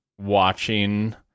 watching